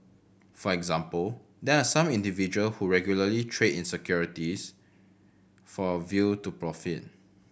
for example there are some individual who regularly trade in securities for a view to profit